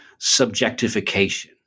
subjectification